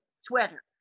sweater